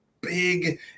big